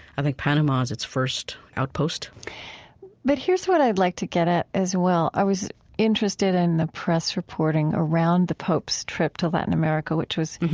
i think panama's is its first outpost but here's what i'd like to get at, as well. i was interested in the press reporting around the pope's trip to latin america, which was,